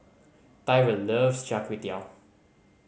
Tyrell loves Char Kway Teow